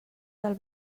del